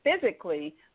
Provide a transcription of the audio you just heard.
physically